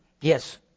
Yes